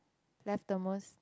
left the most